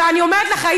אני אומרת לך,